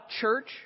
church